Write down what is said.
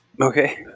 Okay